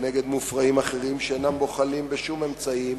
כנגד מופרעים אחרים שאינם בוחלים בשום אמצעים